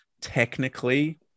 technically